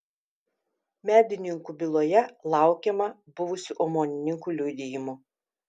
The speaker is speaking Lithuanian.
medininkų byloje laukiama buvusių omonininkų liudijimų